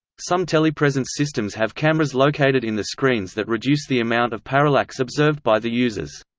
some telepresence systems have cameras located in the screens that reduce the amount of parallax observed by the users.